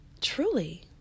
truly